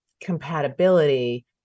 compatibility